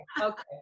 okay